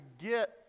get